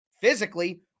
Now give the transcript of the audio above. physically